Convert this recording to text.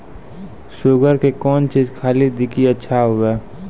Sugar के कौन चीज खाली दी कि अच्छा हुए?